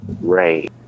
Ray